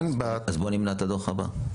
אז בואו נמנע את הדוח הבא.